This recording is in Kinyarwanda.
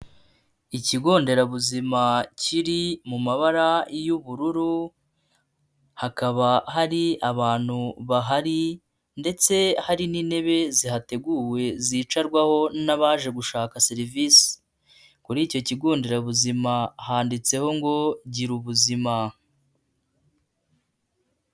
Ikigo nderabuzima kiri mu mabara y'ubururu, hakaba hari abantu bahari ndetse hari n'intebe zihateguwe zicarwaho n'abaje gushaka serivisi. Kuri icyo kigo nderabuzima handitseho ngo girubuzima.